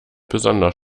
besonders